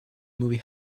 movie